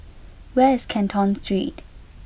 where is Canton Street